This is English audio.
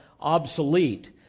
obsolete